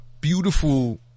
beautiful